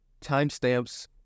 timestamps